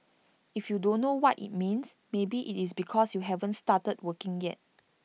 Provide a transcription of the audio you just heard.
if you don't know what IT means maybe IT is because you haven't started working yet